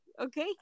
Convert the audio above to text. okay